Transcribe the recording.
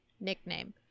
nickname